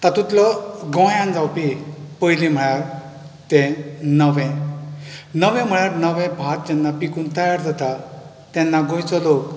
तातुंतलो गोंयांत जावपी पयलीं म्हळ्यार तें नवें नवें म्हळ्यार नवें भात जेन्ना पिकून तयार जाता तेन्ना गोंयचो लोक